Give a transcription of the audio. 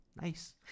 nice